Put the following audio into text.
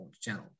channel